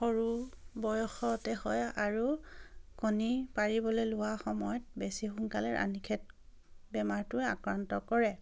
সৰু বয়সতে হয় আৰু কণী পাৰিবলৈ লোৱা সময়ত বেছি সোনকালে ৰাণী খেত বেমাৰটোৱে আক্ৰান্ত কৰে